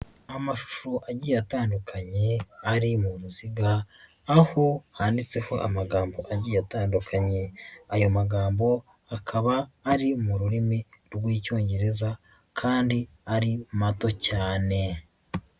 Amashusho agiye atandukanye ari mu ruziga, aho handitseho amagambo agiye atandukanye. Ayo magambo akaba ari mu rurimi rw'Icyongereza kandi ari mato cyane.